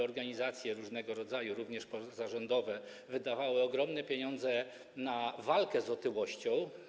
Organizacje różnego rodzaju, również pozarządowe, wydają ogromne pieniądze na walkę z otyłością.